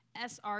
SR